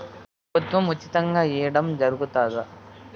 ప్రభుత్వం ఉచితంగా ఇయ్యడం జరుగుతాదా?